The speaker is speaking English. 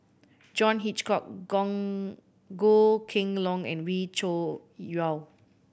John Hitchcock Goh Kheng Long and Wee Cho Yaw